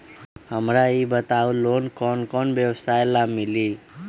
हमरा ई बताऊ लोन कौन कौन व्यवसाय ला मिली?